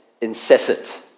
incessant